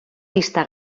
dista